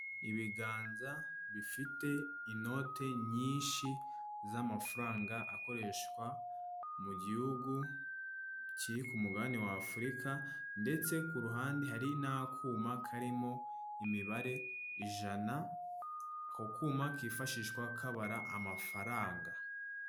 Ibiganza bifite inote nyinshi z'amafaranga akoreshwa mu gihugu kiri ku mugabane wa afurika, ndetse ku ruhande hari n'akuma karimo imibare ijana ako kuma kifashishwa kabara amafaranga.